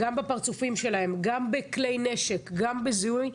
גם בפרצופים שלהם וגם בכלי נשק וגם בזיהוי,